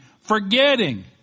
forgetting